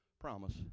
promise